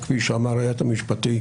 כפי שאמר היועץ המשפטי,